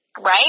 Right